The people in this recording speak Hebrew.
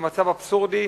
וזה מצב אבסורדי,